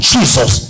Jesus